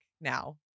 now